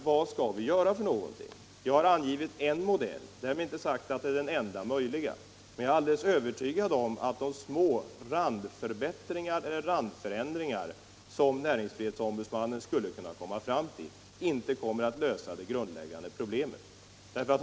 Vad skall vi nu göra? Jag har angivit en modell men inte sagt att det är den enda möjliga. Däremot är jag alldeles övertygad om att de små randförändringar som näringsfrihetsombudsmannen skulle kunna komma fram till inte löser det grundläggande problemet.